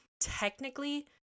technically